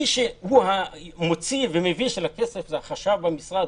מי שהוא המוציא ומביא של הכסף זה החשב במשרד.